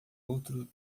outro